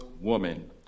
woman